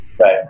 right